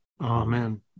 Amen